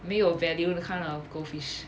没有 value the kind of goldfish